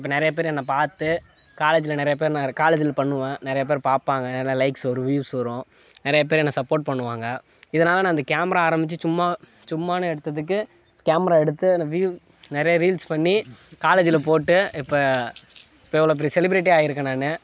இப்போ நிறையா பேர் என்னை பார்த்து காலேஜில் நிறையா பேர் நான் காலேஜில் பண்ணுவேன் நிறையா பேர் பார்ப்பாங்க நல்லா லைக்ஸ் வரும் வியூஸ் வரும் நிறையா பேர் என்னை சப்போர்ட் பண்ணுவாங்க இதனால் நான் இந்த கேமரா ஆரம்மிச்சி சும்மா சும்மானு எடுத்ததுக்கு கேமரா எடுத்து வியூ நிறையா ரீல்ஸ் பண்ணி காலேஜில் போட்டு இப்போ இப்போ எவ்வளோ பெரிய செலிபிரிட்டி ஆகியிருக்க நான்